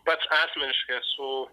pats asmeniškai esu